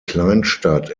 kleinstadt